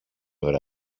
ώρα